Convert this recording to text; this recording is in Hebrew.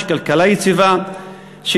שתהיה כלכלה יציבה,